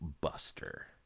Buster